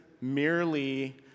merely